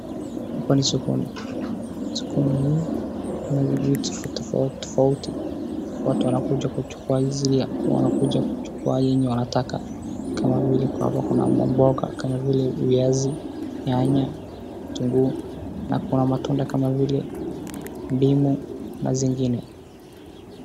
Hapa ni sokoni, sokoni hii kuna vitu tofautitofauti, watu wanakuja kuchukua yenye wanataka kama vile hapa kuna mamboga kama vile viazi, nyanya, vitunguu na kuna matunda kama vile ndimu na zingine.